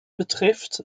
betrifft